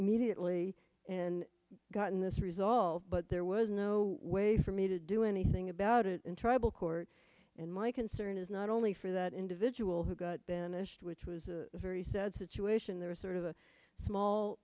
immediately and gotten this resolved but there was no way for me to do anything about it in tribal court and my concern is not only for that individual who got banished which was a very sad situation there was sort of a small